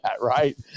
right